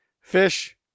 Fish